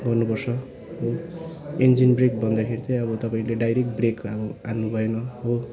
गर्नुपर्छ हो engine brake भन्दाखेरि चाहिँ अब तपाईँले डाइरेक ब्रेक अब हान्नु भएन हो